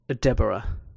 deborah